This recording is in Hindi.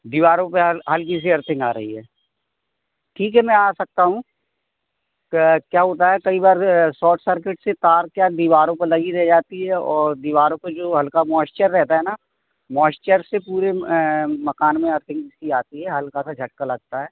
दीवारों पर हल्की सी अर्थिंग आ रही है ठीक है जी मैं आ सकता हूँ क्या होता है कई बार सॉर्ट सर्किट से तार क्या दीवारों पर लगी रह जाती है और दीवारों पर जो हल्का मोएश्चर रहता है ना मोएश्चर से पूरे मकान में अर्थिंग सी आती है हल्का सा झटका लगता है